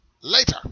later